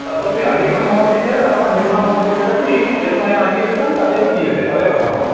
ततोपि अधिकं भवति चेत् अथवा न्यूनं भवति चेदपि यत् मया अङ्गीकृतं तदेव दीयते तदेव खलु महोदय